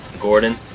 Gordon